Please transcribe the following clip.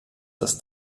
das